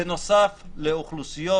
בנוסף לאוכלוסיות